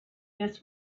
this